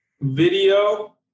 video